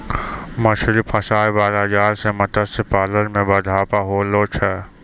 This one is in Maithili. मछली फसाय बाला जाल से मतस्य पालन मे बढ़ाबा होलो छै